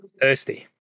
Thirsty